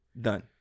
Done